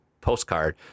postcard